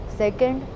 second